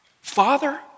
Father